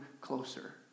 closer